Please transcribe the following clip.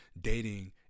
dating